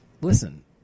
listen